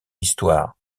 histoire